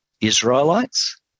israelites